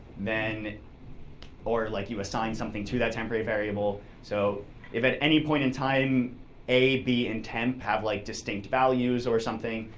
then or like you assign something to that temporary variable. so if at any point in time a, b in temp have like distinct values or something,